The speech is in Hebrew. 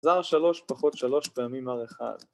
‫R שלוש, פחות שלוש פעמים R אחד.